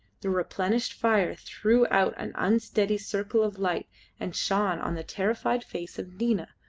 the replenished fire threw out an unsteady circle of light and shone on the terrified face of nina,